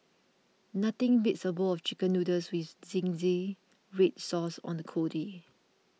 nothing beats a bowl of Chicken Noodles with Zingy Red Sauce on a cold day